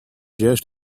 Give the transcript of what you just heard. just